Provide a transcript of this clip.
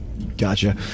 gotcha